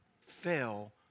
fell